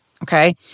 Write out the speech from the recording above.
Okay